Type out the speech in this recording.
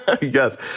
Yes